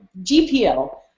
GPL